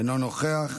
אינו נוכח,